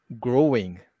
growing